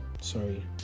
sorry